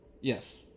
Yes